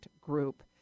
group